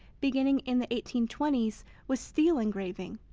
beginning in the eighteen twenty was steel engraving.